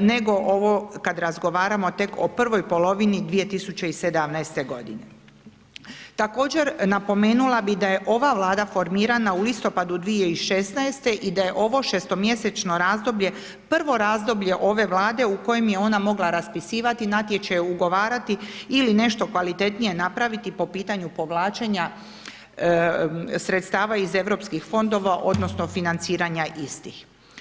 nego ovo kad razgovaramo tek o prvoj polovini 2017. g. Također napomenula bi da je ova Vlada formirana u listopadu 2016. i da je ovo šestomjesečno razdoblje prvo razdoblje ove Vlade u kojem je ona mogla raspisivati natječaj, ugovarati ili nešto kvalitetnije napraviti po pitanju povlačenja sredstva iz europskih fondova odnosno financiranja istih.